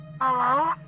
Hello